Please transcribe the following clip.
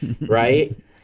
right